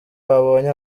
babonye